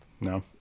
no